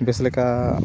ᱵᱮᱥ ᱞᱮᱠᱟ